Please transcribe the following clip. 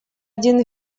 один